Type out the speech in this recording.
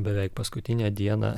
beveik paskutinę dieną